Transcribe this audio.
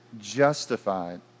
justified